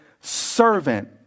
servant